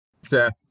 Seth